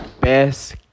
best